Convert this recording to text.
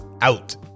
Out